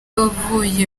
wavuye